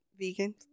Vegans